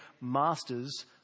master's